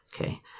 Okay